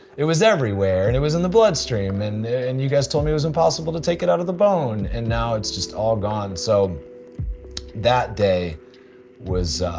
it was everywhere and it was in the bloodstream, and and you guys told me it was impossible to take it out of the bone, and now it's just all gone. so that day was